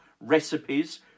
recipes